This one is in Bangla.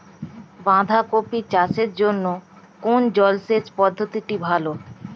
বাঁধাকপি চাষের জন্য কোন জলসেচ পদ্ধতিটি ভালো?